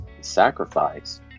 sacrifice